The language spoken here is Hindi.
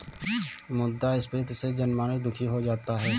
मुद्रास्फीति से जनमानस दुखी हो जाता है